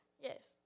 Yes